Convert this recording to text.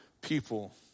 people